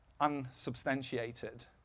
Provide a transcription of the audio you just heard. unsubstantiated